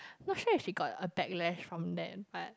not sure if she got a backlash from them but